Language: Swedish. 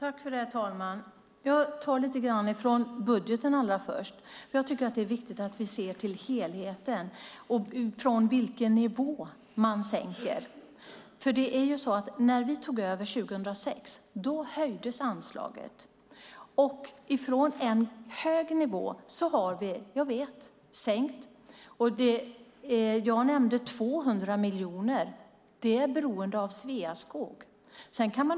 Herr talman! Jag ska börja med budgeten. Det är viktigt att vi ser till helheten, från vilken nivå man sänker. När vi tog över 2006 höjdes anslaget. Från en hög nivå har vi, jag vet, sänkt det. Jag nämnde 200 miljoner - det är beroende av Sveaskog.